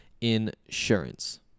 insurance